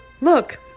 Look